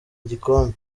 igikombe